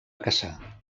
caçar